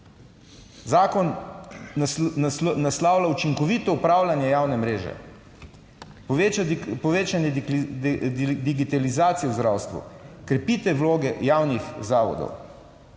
zakon naslavlja učinkovito upravljanje javne mreže, povečanje digitalizacije v zdravstvu, krepitev vloge javnih zavodov,